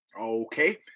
okay